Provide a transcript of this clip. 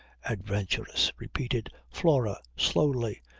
adventuress! repeated flora slowly.